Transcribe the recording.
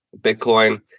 bitcoin